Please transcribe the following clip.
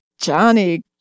Johnny